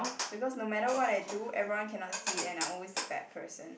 because no matter what I do everyone cannot see and I always the bad person